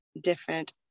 different